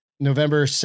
November